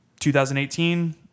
2018